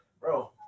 Bro